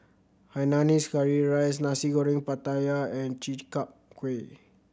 Hainanese curry rice Nasi Goreng Pattaya and Chi Kak Kuih